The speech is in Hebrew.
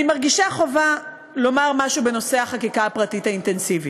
אני מרגישה חובה לומר משהו בנושא החקיקה הפרטית האינטנסיבית.